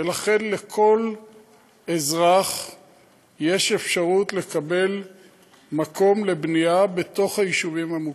ולכן לכל אזרח יש אפשרות לקבל מקום לבנייה בתוך היישובים המוכרים.